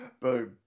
boom